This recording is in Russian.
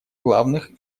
главных